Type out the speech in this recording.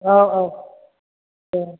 औ औ दे